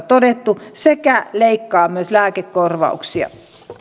todettu sekä leikkaa myös lääkekorvauksia